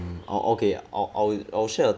oh okay I I'll I'll share